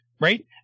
Right